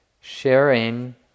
sharing